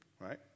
Right